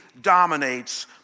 dominates